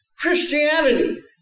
Christianity